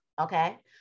Okay